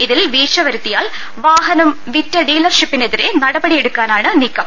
ഇതിൽ വീഴ്ചവരുത്തിയാൽ വാഹനം വിറ്റ ഡീലർഷിപ്പിനെതിരെ നടപടി എടുക്കാനാണ് നീക്കം